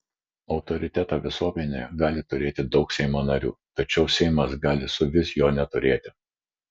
autoritetą visuomenėje gali turėti daug seimo narių tačiau seimas gali suvis jo neturėti